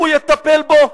הוא יטפל בו?